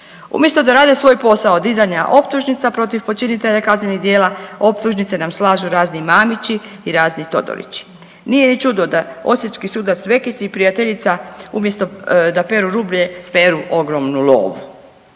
Umjesto da rade svoj posao dizanja optužnica protiv počinitelja kaznenih djela optužnice nam slažu razni Mamići i razni Todorići. Nije ni čudo da osječki sudac Vekić i prijateljica umjesto da peru rublje peru ogromnu lovu.